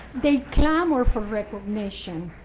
they clamor for recognition,